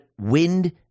wind